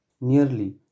Nearly